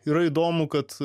yra įdomu kad